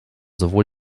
sowohl